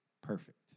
perfect